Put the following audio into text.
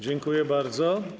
Dziękuję bardzo.